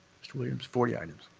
mr. williams, forty items.